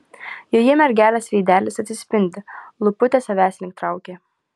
joje mergelės veidelis atsispindi lūputės savęs link traukia